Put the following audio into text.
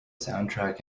soundtrack